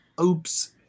Oops